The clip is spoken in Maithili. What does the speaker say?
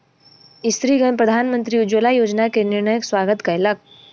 स्त्रीगण प्रधानमंत्री उज्ज्वला योजना के निर्णयक स्वागत कयलक